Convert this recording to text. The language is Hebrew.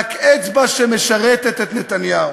רק אצבע שמשרתת את נתניהו.